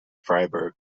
freiburg